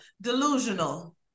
Delusional